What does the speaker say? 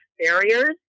barriers